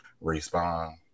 respond